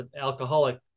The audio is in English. alcoholic